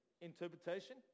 interpretation